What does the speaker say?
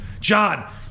John